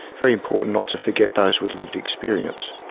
very important not to forget those with lived experience.